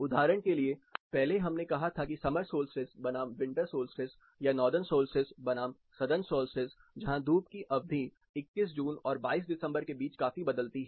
उदाहरण के लिए पहले हमने कहा था कि समर सोल्स्टिस बनाम विंटर सोल्स्टिस या नार्दन सोल्स्टिस बनाम सदर्न सोल्स्टिस जहां धूप की अवधि 21 जून और 22 दिसंबर के बीच काफी बदलती है